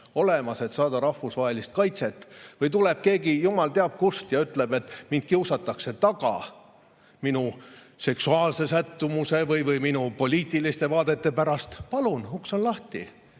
olemas, et saada rahvusvahelist kaitset. Või tuleb keegi jumal teab kust ja ütleb, et teda kiusatakse taga tema seksuaalse sättumuse või poliitiliste vaadete pärast. Palun, uks on lahti!